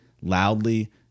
loudly